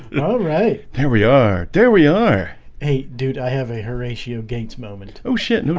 all right there. we are there. we are eight dude. i have a horatio gates moment. oh shit, and and